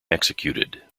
executed